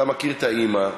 אתה מכיר את האימא.